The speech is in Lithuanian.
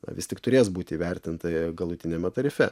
na vis tik turės būti įvertinta galutiniame tarife